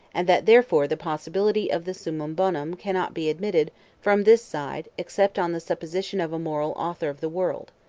and that therefore the possibility of the summum bonum cannot be admitted from this side except on the supposition of a moral author of the world.